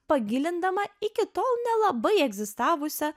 pagilindama iki tol nelabai egzistavusią